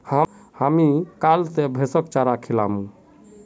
हामी कैल स भैंसक चारा खिलामू